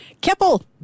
Keppel